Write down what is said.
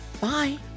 Bye